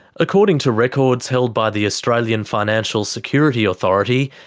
according to records held by the australian financial security authority,